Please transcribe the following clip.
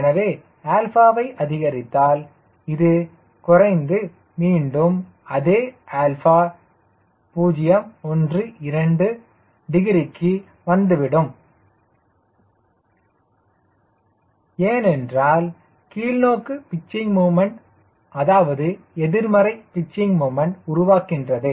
எனவே வை அதிகரித்தால் இது குறைந்து மீண்டும் அதே 𝛼 0 1 2 டிகிரிக்கு வந்துவிடும் ஏனென்றால் கீழ்நோக்கு பிச்சிங் முமண்ட் அதாவது எதிர்மறை பிச்சிங் முமண்ட் உருவாக்கின்றது